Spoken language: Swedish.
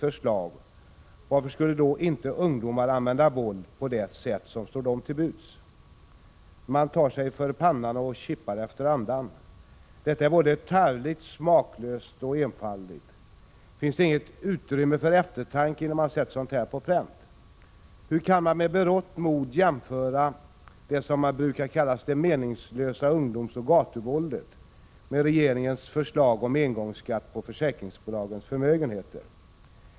förslag, varför skulle då inte ungdomar använda våld på det sätt som står dem till buds?” Man tar sig för pannan och kippar efter andan. Detta är både tarvligt, smaklöst och enfaldigt. Finns det inget utrymme för eftertanke innan man sätter sådant på pränt? Hur kan någon med berått mod jämföra det som brukar kallas det meningslösa ungdomsoch gatuvåldet med regeringens förslag om en engångsskatt på försäkringsbolagens förmögenheter?